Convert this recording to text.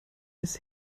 ist